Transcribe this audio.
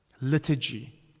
liturgy